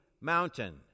mountain